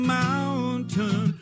mountain